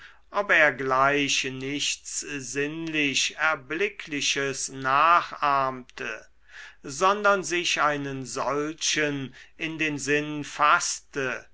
ob er gleich nichts sinnlich erblickliches nachahmte sondern sich einen solchen in den sinn faßte